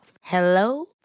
Hello